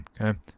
okay